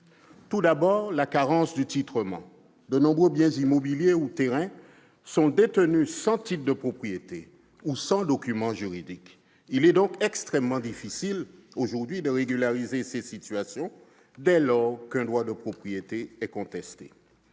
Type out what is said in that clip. Tout d'abord, la carence de titrement : de nombreux biens immobiliers ou terrains sont détenus sans titre de propriété ou sans document juridique. Il est donc extrêmement difficile aujourd'hui de « régulariser » ces situations, dès lors qu'un droit de propriété est contesté.